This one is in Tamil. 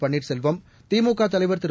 பள்ளீர்செல்வம் திமுகதலைவர் திரு